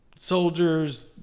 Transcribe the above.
soldiers